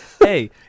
hey